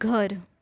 ઘર